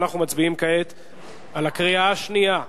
ואנחנו מצביעים כעת על הקריאה השנייה.